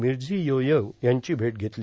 Mirziyoyev यांची भेट घेतली